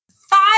five